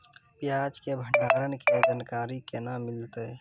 प्याज के भंडारण के जानकारी केना मिलतै?